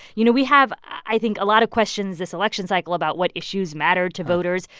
you know, we have, i think, a lot of questions this election cycle about what issues matter to voters.